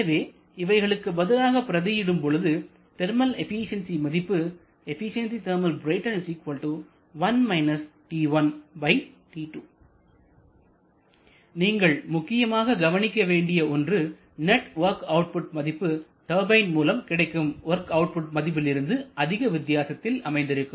எனவே இவைகளுக்கு பதிலாக பிரதி இடும் பொழுது தெர்மல் எபிசென்சி மதிப்பு நீங்கள் முக்கியமாக கவனிக்க வேண்டிய ஒன்று நெட் வொர்க் அவுட்புட் மதிப்பு டர்பைன் மூலம் கிடைக்கும் வொர்க் அவுட்புட் மதிப்பிலிருந்து அதிக வித்தியாசத்தில் அமைந்திருக்கும்